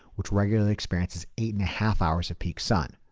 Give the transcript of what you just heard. which regularly experiences eight and a half hours of peak sun.